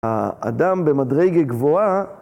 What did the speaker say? האדם במדרגה גבוהה